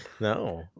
no